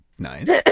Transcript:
Nice